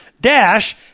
Dash